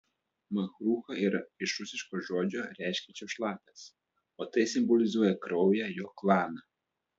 makrucha yra iš rusiško žodžio reiškiančio šlapias o tai simbolizuoja kraują jo klaną